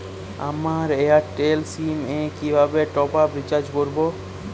আমার Airtel sim এ কিভাবে টপ আপ রিচার্জ করবো?